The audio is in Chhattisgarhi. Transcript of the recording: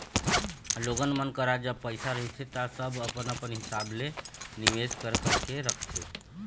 लोगन मन करा जब पइसा रहिथे ता सब अपन अपन हिसाब ले निवेस कर करके रखथे